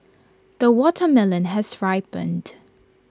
the watermelon has ripened